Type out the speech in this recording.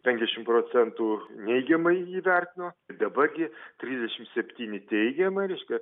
penkdešim procentų neigiamai jį vertino daba gi trisdešimt septyni teigiamai reiškia